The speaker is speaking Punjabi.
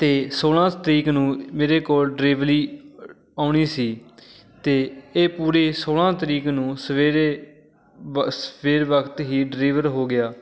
ਅਤੇ ਸੌਲ੍ਹਾਂ ਤਰੀਕ ਨੂੰ ਮੇਰੇ ਕੋਲ ਡਿਲੀਵਰੀ ਆਉਣੀ ਸੀ ਅਤੇ ਇਹ ਪੂਰੀ ਸੌਲ੍ਹਾਂ ਤਰੀਕ ਨੂੰ ਸਵੇਰੇ ਵ ਸਵੇਰ ਵਕਤ ਹੀ ਡਿਲੀਵਰ ਹੋ ਗਿਆ